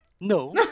No